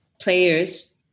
players